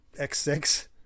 x6